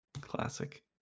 classic